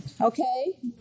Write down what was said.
okay